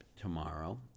tomorrow